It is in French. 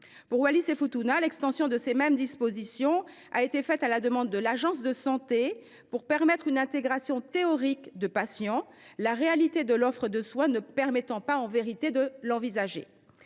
Pour Wallis et Futuna, l’extension de ces mêmes dispositions a été faite à la demande de l’agence de santé, afin de permettre une intégration théorique de patients, la réalité de l’offre de soins ne permettant pas en vérité de l’envisager.